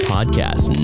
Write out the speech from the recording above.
Podcast